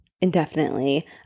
indefinitely